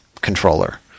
controller